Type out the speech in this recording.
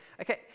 Okay